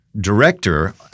director